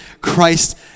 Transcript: Christ